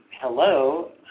hello